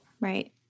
Right